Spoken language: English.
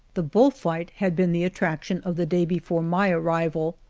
the bull-fight had been the attraction of the day before my arrival,